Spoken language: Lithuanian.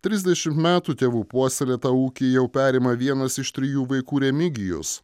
trisdešimt metų tėvų puoselėtą ūkį jau perima vienas iš trijų vaikų remigijus